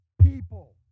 people